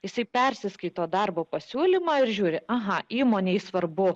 jisai persiskaito darbo pasiūlymą ir žiūri aha įmonei svarbu